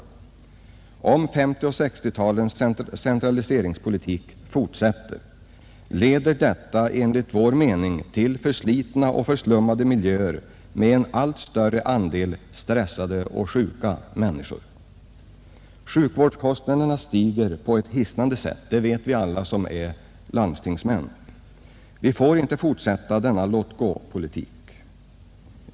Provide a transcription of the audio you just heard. Om 1950 och 1960-talens centraliseringspolitik fortsätter, leder detta enligt vår mening till förslitna och förslummade miljöer med allt större andel stressade och sjuka människor. Sjukvårdskostnaderna stiger på ett hissnande sätt, det vet vi alla som är landstingsmän. Vi får inte fortsätta denna låt-gå-politik.